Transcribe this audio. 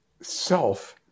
self